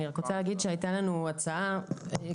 אני רק רוצה להגיד שהייתה לנו הצעה מקורית,